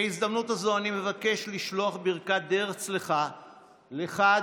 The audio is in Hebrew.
בהזדמנות הזו אני מבקש לשלוח ברכת דרך צלחה לך,